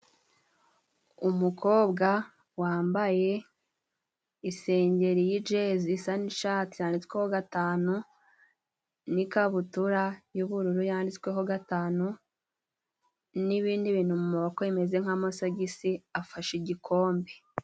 Umukobwa wambaye isengeri y'ijezi isa n'ishati yanditsweho gatanu, n'ikabutura y'ubururu yanditsweho gatanu, n'ibindi bintu mu maboko bimeze nk'amasogisi afashe igikombe.